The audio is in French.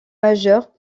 majeures